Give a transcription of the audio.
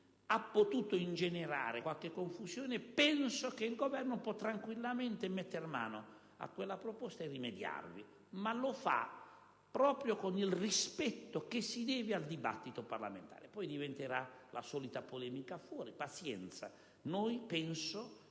ha potuto ingenerare qualche confusione, penso che il Governo possa tranquillamente metter mano a quella proposta e rimediarvi, facendolo però proprio con il rispetto che si deve al dibattito parlamentare. Poi ci sarà la solita polemica fuori, ma pazienza. Penso che